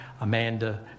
Amanda